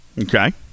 Okay